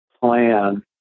plan